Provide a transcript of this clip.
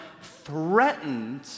threatened